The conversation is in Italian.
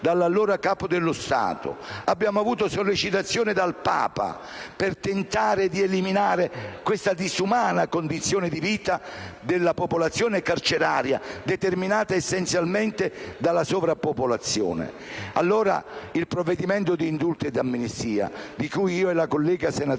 dall'allora Capo dello Stato ed abbiamo ricevuto sollecitazioni dal Papa, per tentare di eliminare questa disumana condizione di vita della popolazione carceraria, determinata essenzialmente dalla sovrappopolazione. Potremmo allora intervenire con il provvedimento di indulto ed amnistia, di cui io e la collega senatrice